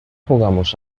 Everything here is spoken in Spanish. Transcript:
jugamos